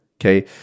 okay